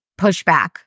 pushback